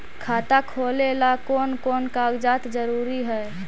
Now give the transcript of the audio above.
खाता खोलें ला कोन कोन कागजात जरूरी है?